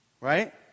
Right